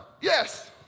Yes